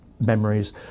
memories